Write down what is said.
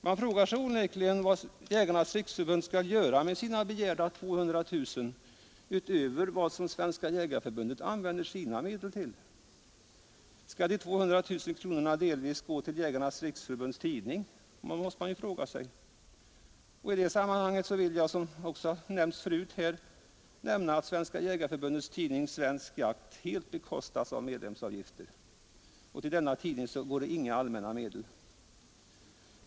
Man frågar sig onekligen vad Jägarnas riksförbund skall göra med sina begärda 200 000 kronor utöver vad Svenska jägareförbundet använder sina medel till. Skall de 200000 kronorna delvis gå till Jägarnas riksförbunds tidning, måste man fråga sig. I det sammanhanget vill jag, som också har berörts förut, nämna att Svenska jägareförbundets tidning, Svensk Jakt, helt bekostas av medlemsavgifter. Till denna tidning går inga allmänna medel.